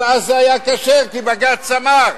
אבל אז זה היה כשר, כי בג"ץ אמר.